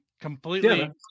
completely